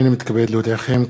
הנני מתכבד להודיעם,